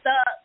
up